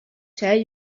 tell